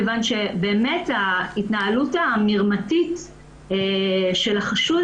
מכיוון שבאמת התנהלות המרמתית של החשוד